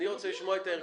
אני מודיע להם.